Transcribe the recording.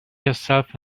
yourself